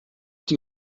die